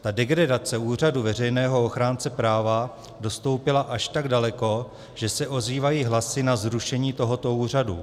Ta degradace úřadu veřejného ochránce práv dostoupila až tak daleko, že se ozývají hlasy na zrušení tohoto úřadu.